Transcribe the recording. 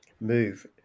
move